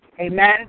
Amen